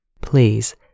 Please